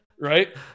right